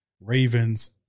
Ravens